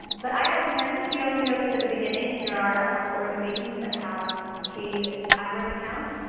but i recommend you know and we noticed at the beginning there are a couple organizations that have paid adwords accounts.